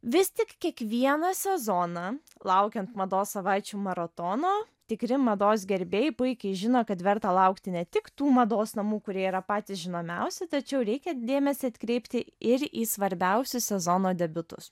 vis tik kiekvieną sezoną laukiant mados savaičių maratono tikri mados gerbėjai puikiai žino kad verta laukti ne tik tų mados namų kurie yra patys žinomiausi tačiau reikia ir dėmesį atkreipti ir į svarbiausius sezono debiutus